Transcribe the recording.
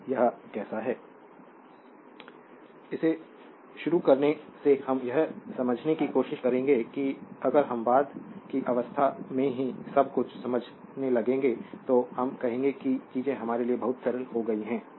संदर्भ स्लाइड समय 2504 इसे शुरू करने से हम यह समझने की कोशिश करेंगे कि अगर हम बाद की अवस्था में ही सब कुछ समझने लगेंगे तो हम कहेंगे कि चीजें हमारे लिए बहुत सरल हो गई हैं